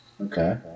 Okay